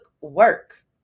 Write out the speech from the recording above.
work